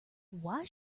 why